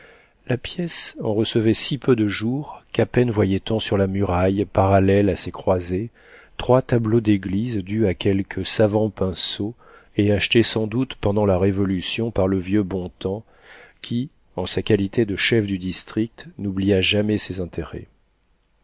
la pièce en recevait si peu de jour qu'à peine voyait-on sur la muraille parallèle à ces croisées trois tableaux d'église dus à quelque savant pinceau et achetés sans doute pendant la révolution par le vieux bontems qui en sa qualité de chef du district n'oublia jamais ses intérêts